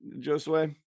Josue